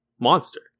monster